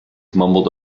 mumbled